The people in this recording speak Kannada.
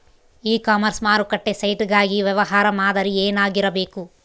ಇ ಕಾಮರ್ಸ್ ಮಾರುಕಟ್ಟೆ ಸೈಟ್ ಗಾಗಿ ವ್ಯವಹಾರ ಮಾದರಿ ಏನಾಗಿರಬೇಕು?